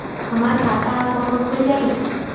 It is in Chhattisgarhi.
हमर खाता ह फोन मा खुल जाही?